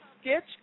sketch